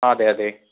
ആ അതെ അതെ